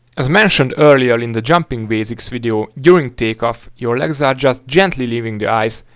as mentioned earlier in the jumping basics video, during take off, your legs are just gently leaving the ice,